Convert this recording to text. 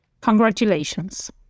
Congratulations